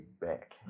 back